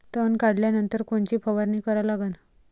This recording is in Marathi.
तन काढल्यानंतर कोनची फवारणी करा लागन?